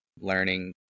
learning